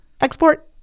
Export